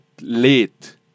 late